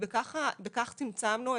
ובכך צמצמנו.